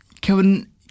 Kevin